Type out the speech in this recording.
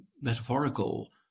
metaphorical